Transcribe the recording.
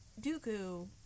Dooku